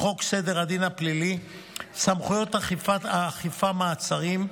לחוק סדר הדין הפלילי (סמכויות אכיפה, מעצרים),